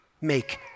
make